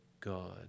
God